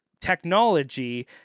technology